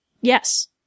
Yes